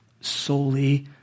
solely